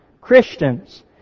Christians